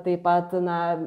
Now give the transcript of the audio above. taip pat na